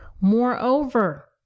Moreover